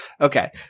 Okay